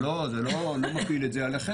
אני לא מפיל את זה עליכם.